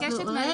זה לא מה שדובר.